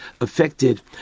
affected